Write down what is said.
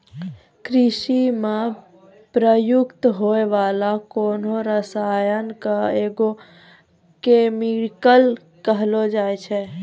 कृषि म प्रयुक्त होय वाला कोनो रसायन क एग्रो केमिकल कहलो जाय छै